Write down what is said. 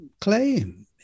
claim